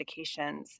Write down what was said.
medications